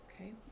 Okay